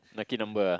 lucky number ah